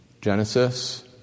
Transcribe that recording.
Genesis